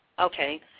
Okay